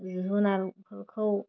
जुनारफोरखौ